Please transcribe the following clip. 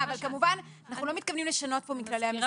כמובן לא מתכוונים לשנות כאן מכללי המשחק.